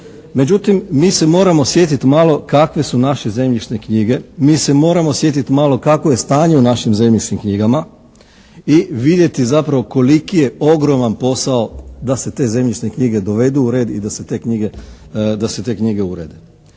Međutim mi se moramo sjetiti malo kakve su naše zemljišne knjige. Mi se moramo sjetiti malo kakvo je stanje u našim zemljišnim knjigama i vidjeti zapravo koliki je ogroman posao da se te zemljišne knjige dovedu u red i da se te knjige urede.